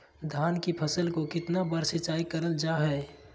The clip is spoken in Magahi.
धान की फ़सल को कितना बार सिंचाई करल जा हाय?